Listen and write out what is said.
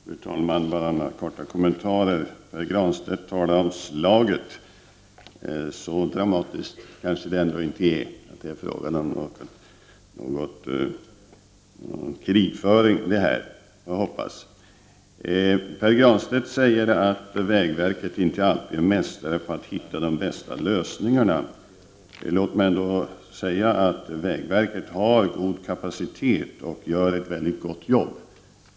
Fru talman! Bara några korta kommentarer. Pär Granstedt talar om ”slaget”. Men så dramatiskt är det kanske inte. Det är väl ändå inte fråga om någon krigföring här, hoppas jag. Pär Granstedt säger att vägverket inte alltid är mästare på att hitta de bästa lösningarna. Låt mig då säga att vägverket har god kapacitet och gör ett väldigt gott jobb.